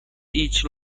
each